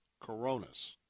Corona's